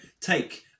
take